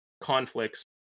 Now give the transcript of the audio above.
conflicts